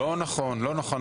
לא נכון, לא נכון.